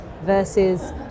versus